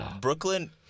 Brooklyn